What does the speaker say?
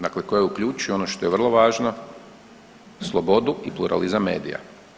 Dakle, koja uključuju ono što je vrlo važno slobodu i pluralizam medija.